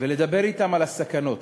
ולדבר אתם על הסכנות,